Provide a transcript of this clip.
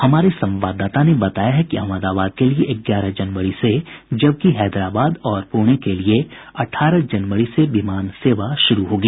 हमारे संवाददाता ने बताया है कि अहमदाबाद के लिये ग्यारह जनवरी से जबकि हैदराबाद और पूणे के लिये अठारह जनवरी से विमान सेवा शुरू होगी